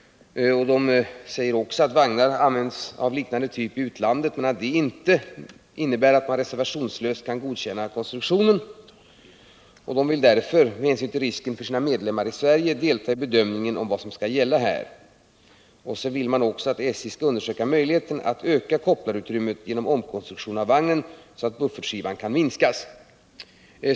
Vidare framhålls att vagnar av liknande typ används i utlandet men att detta inte innebär att man reservationslöst kan godkänna konstruktionen. Med hänsyn till risken för sina medlemmar i Sverige vill man därför delta i bedömningen av vilka bestämmelser som skall gälla. Till sist vill man också att SJ undersöker möjligheten att öka kopplarutrymmet genom en omkonstruktion av vagnen, så att buffertskivan kan minskas.